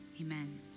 amen